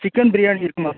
chicken biryani இருக்குமா